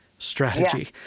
Strategy